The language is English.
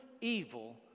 evil